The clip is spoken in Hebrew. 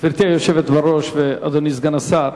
גברתי היושבת בראש, אדוני סגן השר,